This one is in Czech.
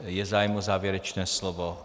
Je zájem o závěrečné slovo?